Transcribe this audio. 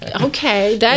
Okay